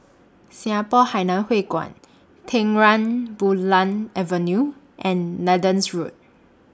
Singapore Hainan Hwee Kuan Terang Bulan Avenue and Nathan Road